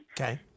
Okay